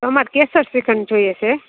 અમારે કેસર શ્રીખંડ જોઈએ છે